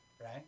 Right